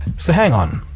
so hang on!